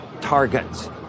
targets